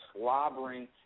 slobbering